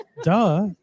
Duh